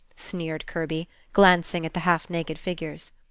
sneered kirby, glancing at the half-naked figures.